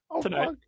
tonight